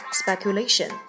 speculation